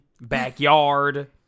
backyard